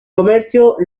comercio